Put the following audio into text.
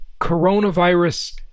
coronavirus